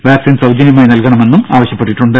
vaccine സൌജന്യമായി നൽകണമെന്നും ആവശ്യപ്പെട്ടിട്ടുണ്ട്